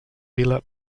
pila